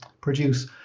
produce